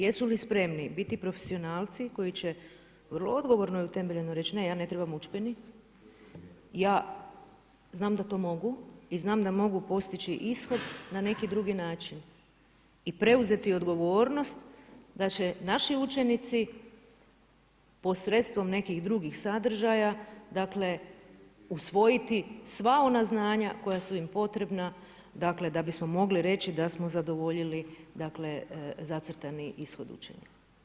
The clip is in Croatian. Jesu li spremni biti profesionalci koji će vrlo odgovorno i utemeljeno reć ne ja ne trebam udžbenik, ja znam da to mogu i znam da mogu postići ishod na neki drugi način i preuzeti odgovornost da će naši učenici posredstvom nekih drugih sadržaja dakle, usvojiti sva ona znanja koja su im potrebna, da bismo mogli reći da smo zadovoljili zacrtani ishod učenja.